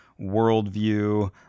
worldview